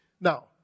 Now